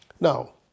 Now